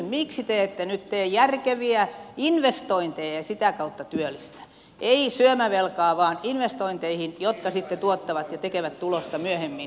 miksi te ette nyt tee järkeviä investointeja ja sitä kautta työllistä ei syömävelkaa vaan investointeihin jotka sitten tuottavat ja tekevät tulosta myöhemmin säästävät jopa